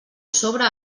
sobre